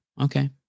Okay